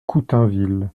coutainville